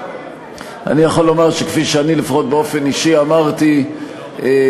אני יכול לומר שכפי שאני לפחות באופן אישי אמרתי כאשר